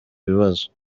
ibibazo